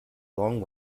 long